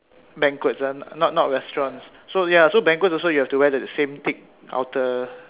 banquets ah not not restaurants so ya ya banquets also you have to wear the same thick outer